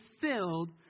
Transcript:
filled